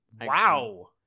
Wow